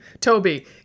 Toby